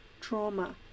trauma